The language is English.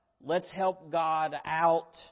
let's-help-God-out